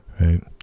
right